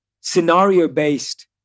scenario-based